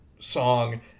Song